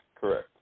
correct